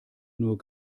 nur